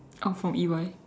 out from E_Y